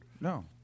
No